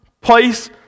place